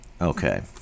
Okay